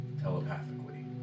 telepathically